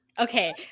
Okay